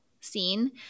scene